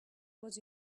was